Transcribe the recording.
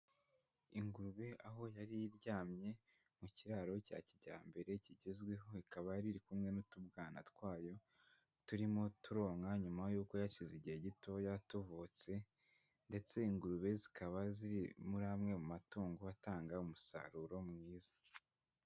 Ingurube aho yari iryamye mu kiraro cya kijyambere kigezweho, ikaba yari iri kumwe n'utubwana twayo turimo turonka nyuma y'uko hari hashize igihe gitoya tuvutse, ndetse ingurube zikaba ziri muri amwe mu matungo atanga umusaruro mwiza.